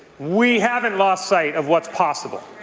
we haven't lost sight of what's possible.